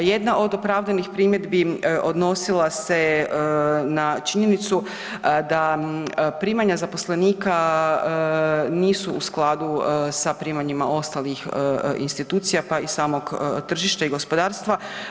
Jedna od opravdanih primjedbi odnosila se na činjenicu da primanja zaposlenika nisu u skladu sa primanjima ostalih institucija pa i samog tržišta i gospodarstva.